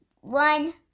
one